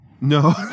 No